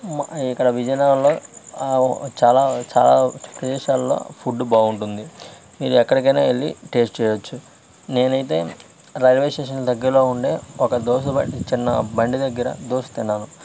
మా ఇక్కడ విజయనగరంలో చాలా చాలా ప్రదేశాలలో ఫుడ్డు బాగుంటుంది మీరు ఎక్కడికైనా వెళ్ళి టేస్ట్ చేయచ్చు నేను అయితే రైల్వే స్టేషన్ దగ్గరలో ఉండే ఒక దోశ బండి చిన్న బండి దగ్గర దోశ తిన్నాను